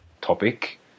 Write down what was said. topic